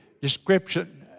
description